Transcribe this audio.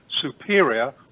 superior